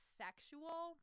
sexual